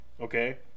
okay